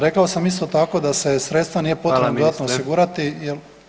Rekao sam isto tako da se sredstva nije potrebno dodatno osigurati [[Upadica: Hvala ministre]] jel.